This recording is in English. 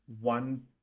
One